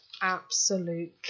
absolute